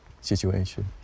situation